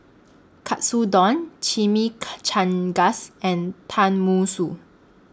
Katsudon and Tenmusu